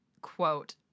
quote